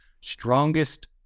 strongest